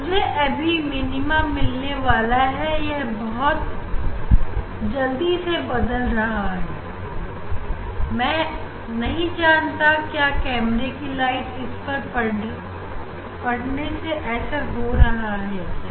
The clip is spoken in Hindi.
मुझे अभी मिनीमा मिलने वाला है यह बहुत जल्द से बदल रहा है मैं नहीं जानता क्या कैमरे की लाइट इस पर पढ़ने से ऐसा हो रहा है क्या